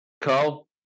carl